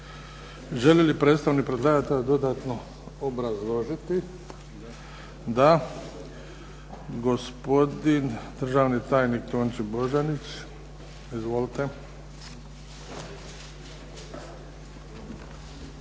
Želi li predstavnik predlagatelja dodatno obrazložiti? Da. Gospodin državni tajnik Tonči Bozanić. Izvolite.